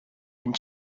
and